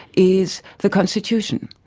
is the constitution.